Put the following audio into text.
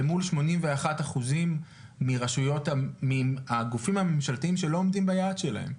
למול שמונים ואחד אחוזים מן הגופים הממשלתיים שלא עומדים ביעד שלהם?